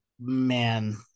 man